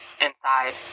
Inside